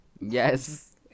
Yes